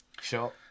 Sure